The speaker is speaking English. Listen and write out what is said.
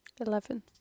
eleven